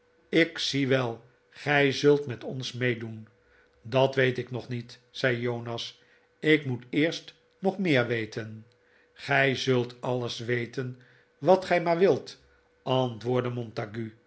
ik zie wel gij zult met ons meedoen dat weet ik nog niet zei jonas ik moet eerst nog meer weten gij zult alles weten wat gij maar wilt antwoordde montague